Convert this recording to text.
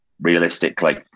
realistically